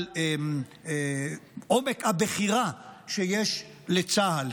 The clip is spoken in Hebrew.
על עומק הבחירה שיש לצה"ל.